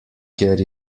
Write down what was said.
kjer